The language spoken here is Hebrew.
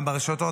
גם ברשתות,